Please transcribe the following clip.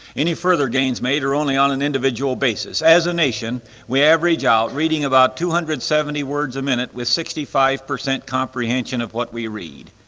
any further gains made are only on an individual basis. as a nation we average out reading about two hundred and seventy words a minute with sixty-five percent comprehension of what we read,